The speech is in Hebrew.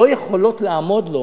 לא יכולות לעמוד לו.